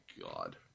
God